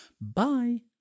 Bye